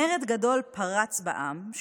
מרד גדול פרץ בעם,